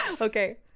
Okay